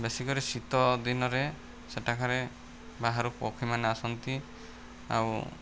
ବେଶୀକରି ଶୀତ ଦିନରେ ସେଟାକାରେ ବାହାରୁ ପକ୍ଷୀମାନେ ଆସନ୍ତି ଆଉ